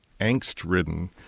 angst-ridden